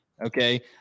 Okay